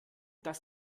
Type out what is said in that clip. das